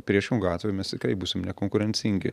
priešingu atveju mes tikrai būsim nekonkurencingi